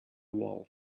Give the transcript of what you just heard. wall